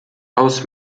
aus